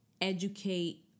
educate